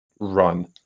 run